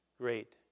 great